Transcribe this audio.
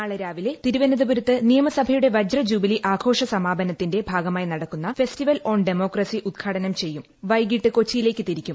നാളെ രാവിലെ തിരുവനന്തപുരത്ത് നിയമസഭയുടെ വജ്രജൂബിലി ആഘോഷ സമാപനത്തിന്റെ ഭാഗമായി നടക്കുന്ന ഫെസ്റ്റിവൽ ഓൺ ഡമോക്രസി ഉദ്ഘാടനം ചെയ്യും രാഷ്ട്രപതി വൈകിട്ട് കൊച്ചിയിലേക്ക് തിരിക്കും